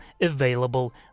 available